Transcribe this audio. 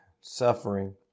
suffering